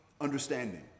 understanding